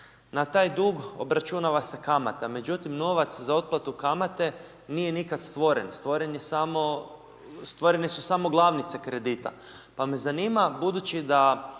Na taj dug obračunava se kamata, međutim novac za otplatu kamate nije nikad stvoren, stvorene su samo glavnice kredita pa me zanima budući da